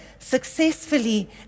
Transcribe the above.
successfully